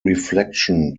reflection